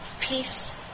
Peace